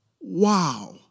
Wow